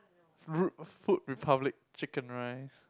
food-republic chicken rice